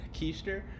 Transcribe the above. keister